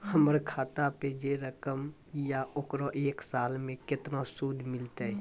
हमर खाता पे जे रकम या ओकर एक साल मे केतना सूद मिलत?